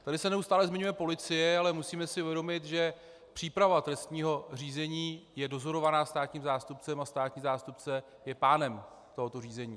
Tady se neustále zmiňuje policie, ale musíme si uvědomit, že příprava trestního řízení je dozorovaná státním zástupcem a státní zástupce je pánem tohoto řízení.